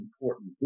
important